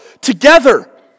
together